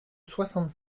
soixante